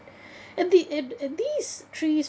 and the and and these trees